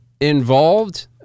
involved